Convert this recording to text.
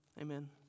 Amen